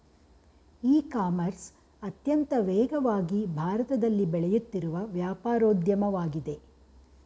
E commerce ಅತ್ಯಂತ ವೇಗವಾಗಿ ಭಾರತದಲ್ಲಿ ಬೆಳೆಯುತ್ತಿರುವ ವ್ಯಾಪಾರೋದ್ಯಮವಾಗಿದೆ